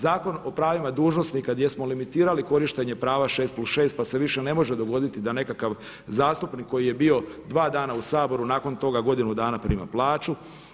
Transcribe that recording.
Zakon o pravima dužnosnika gdje smo limitirali korištenje prava 6+6, pa se više ne može dogoditi da nekakav zastupnik koji je bio 2 dana u Saboru nakon toga godinu dana prima plaću.